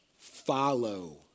follow